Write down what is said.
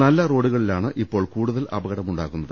നല്ല റോഡുകളിലാണ് ഇപ്പോൾ കൂടുതൽ അപകടം ഉണ്ടാകുന്നത്